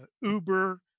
Uber